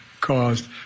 caused